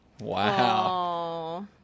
Wow